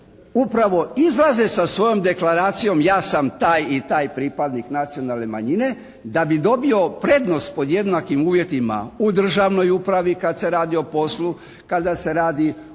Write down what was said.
upravo izraze sa svojom deklaracijom ja sam taj i taj pripadnik nacionalne manjine da bi dobio prednost pod jednakim uvjetima u državnoj upravi kad se radi o poslu, kada se radi o